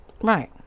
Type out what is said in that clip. Right